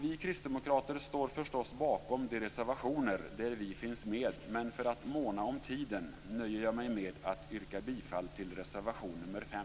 Vi kristdemokrater står förstås bakom de reservationer där vi finns med, men för att måna om tiden nöjer jag mig med att yrka bifall till reservation nr 5.